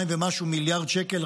2 ומשהו מיליארד שקל,